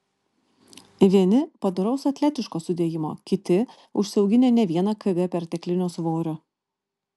vieni padoraus atletiško sudėjimo kiti užsiauginę ne vieną kg perteklinio svorio